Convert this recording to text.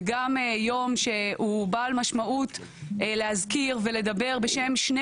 וגם יום שהוא בעל משמעות להזכיר ולדבר בשם כ-2